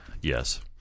Yes